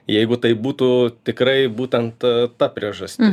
jeigu taip būtų tikrai būtent ta priežastis